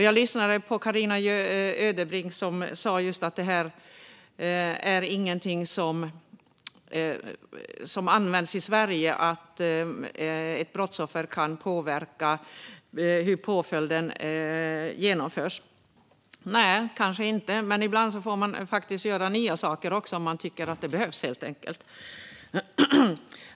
Jag lyssnade på Carina Ödebrink som sa att det inte är någonting som används i Sverige att brottsoffer kan påverka hur påföljden genomförs. Nej, kanske inte, men ibland får man faktiskt göra nya saker om man tycker att det behövs.